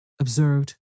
observed